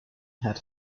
had